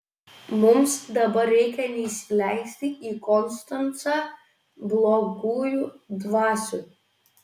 mums dabar reikia neįsileisti į konstancą blogųjų dvasių